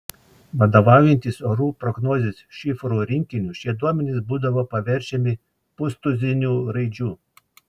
vadovaujantis orų prognozės šifrų rinkiniu šie duomenys būdavo paverčiami pustuziniu raidžių